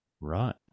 Right